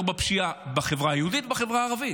בפשיעה בחברה היהודית ובחברה הערבית.